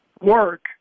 work